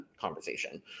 conversation